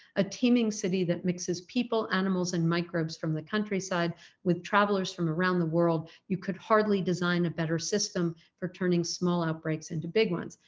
a teeming city that mixes people animals and microbes from the countryside with travellers from around the world. you could hardly design a better system for turning small outbreaks into big ones.